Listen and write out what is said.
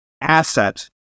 asset